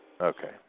Okay